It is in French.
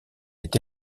est